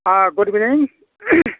अ good इभिनिं